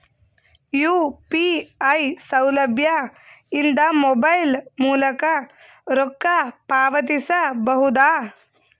UPI ಸೌಲಭ್ಯ ಇಂದ mobile ಮೂಲಕ ರೊಕ್ಕ ಪಾವತಿಸ ಬಹುದಾ?